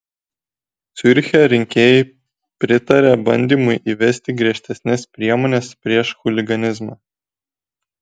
ciuriche rinkėjai pritarė bandymui įvesti griežtesnes priemones prieš chuliganizmą